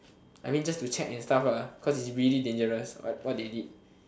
I mean just to check and stuff lah cause it's really dangerous what what they did